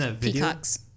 Peacocks